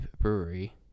Brewery